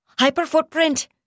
Hyperfootprint